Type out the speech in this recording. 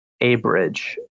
Abridge